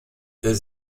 the